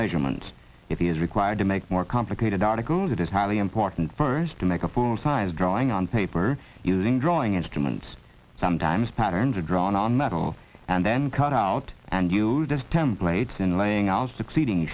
measurement if he is required to make more complicated articles it is highly important first to make a full sized drawing on paper using drawing instruments sometimes patterns are drawn on metal and then cut out and used as templates in laying out succeeding